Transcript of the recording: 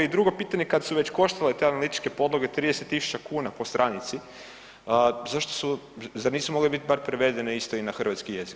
I drugo pitanje kad su već koštale te analitičke podloge 30.000 kuna po stranici, zašto su, zar nisu mogle bar prevedene isto i na hrvatski jezik?